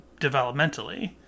developmentally